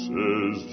Says